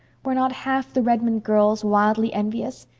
were not half the redmond girls wildly envious?